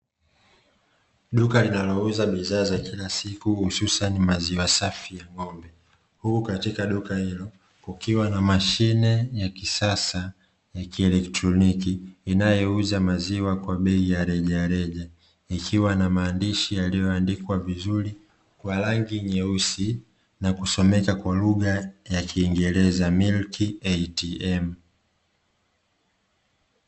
Duka linalouza bidhaa za kila siku hususani maziwa safi ya ng'ombe, huku katika duka hilo kukiwa na mashine ya kisasa ya kielektroniki inayouza maziwa kwa bei ya rejareja, ikiwa na maandishi yaliyoandikwa vizuri kwa rangi nyeusi na kusomeka kwa lugha ya kiingereza "Milk ATM".